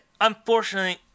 unfortunately